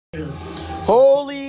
Holy